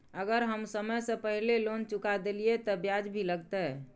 अगर हम समय से पहले लोन चुका देलीय ते ब्याज भी लगते?